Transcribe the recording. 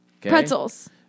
Pretzels